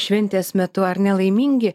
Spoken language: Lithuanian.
šventės metu ar ne laimingi